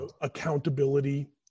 accountability